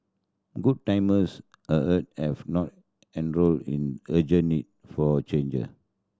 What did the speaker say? good times ahead have not eroded in urgent need for change